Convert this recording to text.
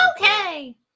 Okay